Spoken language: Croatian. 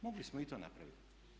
Mogli smo i to napraviti.